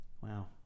Wow